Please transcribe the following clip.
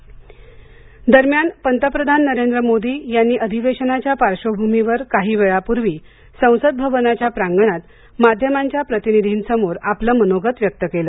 पंतप्रधान दरम्यान पंतप्रधान नरेंद्र मोदी यांनी अधिवेशानाच्या पार्श्वभूमीवर काही वेळापूर्वी संसद भवनाच्या प्रांगणात माध्यमांच्या प्रतिनिधींसमोर आपलं मनोगत व्यक्त केलं